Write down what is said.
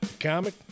comic